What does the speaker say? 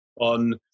on